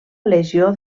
legió